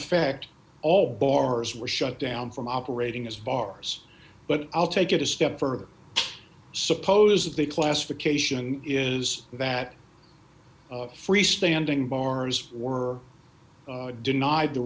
effect all bars were shut down from operating as far as but i'll take it a step further suppose that the classification is that free standing bars were denied the